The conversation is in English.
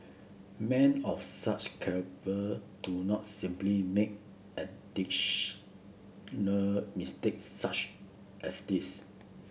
men of such do not simply make mistake such as this